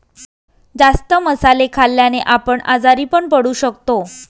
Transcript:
जास्त मसाले खाल्ल्याने आपण आजारी पण पडू शकतो